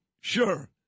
sure